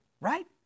right